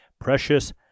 precious